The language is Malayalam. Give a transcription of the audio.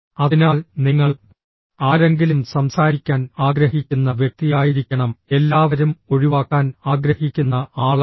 അതിനാൽ നിങ്ങൾ ആരെങ്കിലും സംസാരിക്കാൻ ആഗ്രഹിക്കുന്ന വ്യക്തിയായിരിക്കണം എല്ലാവരും ഒഴിവാക്കാൻ ആഗ്രഹിക്കുന്ന ആളല്ല